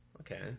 okay